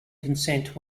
consent